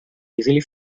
easily